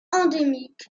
endémique